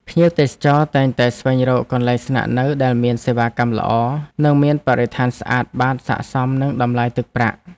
ភ្ញៀវទេសចរតែងតែស្វែងរកកន្លែងស្នាក់នៅដែលមានសេវាកម្មល្អ និងមានបរិស្ថានស្អាតបាតសក្តិសមនឹងតម្លៃទឹកប្រាក់។